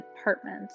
apartment